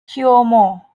cuomo